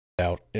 out